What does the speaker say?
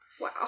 Wow